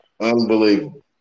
Unbelievable